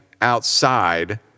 outside